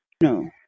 no